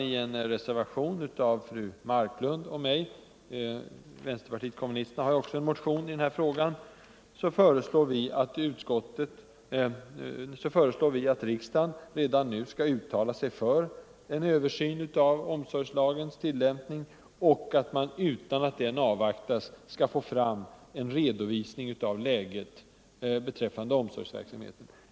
I en reservation av fru Marklund och mig — vpk har också en motion i denna fråga — föreslår vi att riksdagen redan nu skall uttala sig för en översyn av omsorgslagens tillämpning och att man utan att den avvaktas skall få fram en redovisning av läget beträffande omsorgsverksamheten.